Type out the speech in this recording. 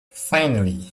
finally